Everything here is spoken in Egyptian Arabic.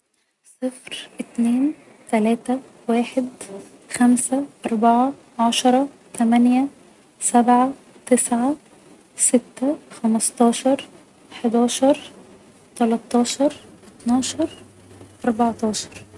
صفر اتنين تلاتة واحد خمسة اربعة عشرة تمانية سبعة تسعة ستة خمستاشر حداشر تلاتاشر اتناشر اربعتاشر